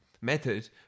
method